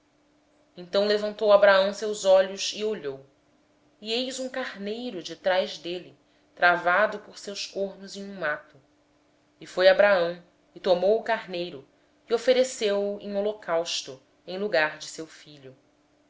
nisso levantou abraão os olhos e olhou e eis atrás de si um carneiro embaraçado pelos chifres no mato e foi abraão tomou o carneiro e o ofereceu em holocausto em lugar de seu filho